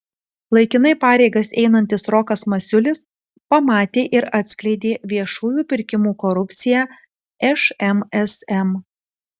laikinai pareigas einantis rokas masiulis pamatė ir atskleidė viešųjų pirkimų korupciją šmsm